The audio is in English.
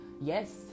yes